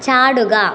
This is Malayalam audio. ചാടുക